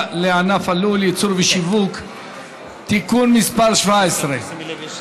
לענף הלול (ייצור ושיווק) (תיקון מס' 17),